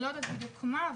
לא ידעתי בדיוק מה,